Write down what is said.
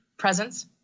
presence